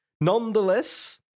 Nonetheless